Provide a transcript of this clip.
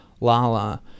Lala